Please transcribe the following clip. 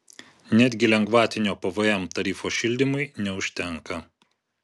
netgi lengvatinio pvm tarifo šildymui neužtenka